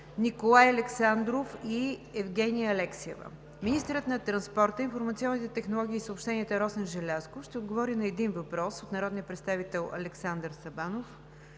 Николай Александров; и Евгения Алексиева. 2. Министърът на транспорта, информационните технологии и съобщенията Росен Желязков ще отговори на един въпрос от народния представител Александър Сабанов.